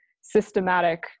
systematic